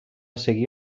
seguir